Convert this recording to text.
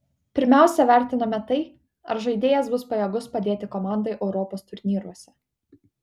pirmiausia vertiname tai ar žaidėjas bus pajėgus padėti komandai europos turnyruose